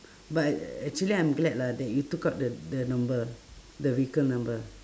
but ac~ actually I'm glad lah that you took out the the number the vehicle number